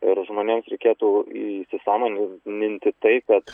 ir žmonėms reikėtų įsisąmonin ninti tai kad